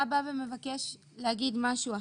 אתה בא ומבקש להגיד משהו אחר,